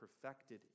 perfected